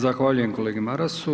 Zahvaljujem kolegi Marasu.